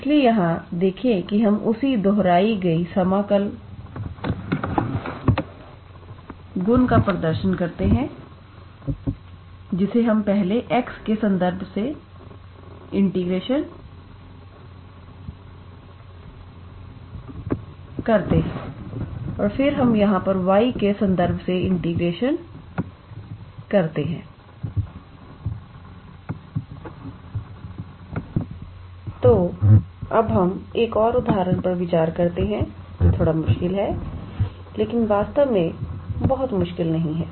इसलिए यहां देखें कि हम उसी दोहराई गई समाकल गुण का प्रदर्शन करते हैं जिसे हम पहले x के संदर्भ में इंटीग्रेशन करते हैं और फिर हम यहां पर y के संदर्भ में इंटीग्रेशन करते हैं तो अब हम एक और उदाहरण पर विचार करते हैं जो थोड़ा मुश्किल है लेकिन वास्तव में बहुत मुश्किल नहीं है